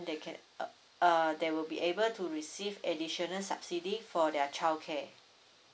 they can uh uh they will be able to receive additional subsidy for their childcare